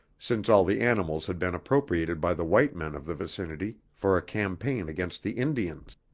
since all the animals had been appropriated by the white men of the vicinity for a campaign against the indians.